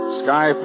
sky